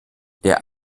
der